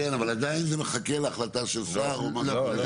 כן אבל עדיין זה מחכה להחלטה של שר או משהו כזה?